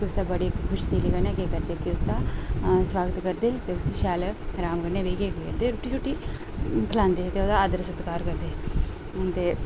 उसदी बड़ी खुश दिली कन्नै केह् करदे कि उसदा सोआगत करदे ते उसी शैल राम कन्नै बेहियै दिंदे रुट्टी शुट्टी खलांदे ते ओह्दा आदर सत्कार करदे ते